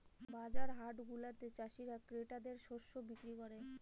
বাজার হাটগুলাতে চাষীরা ক্রেতাদের শস্য বিক্রি করে